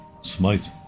Smite